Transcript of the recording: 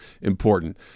important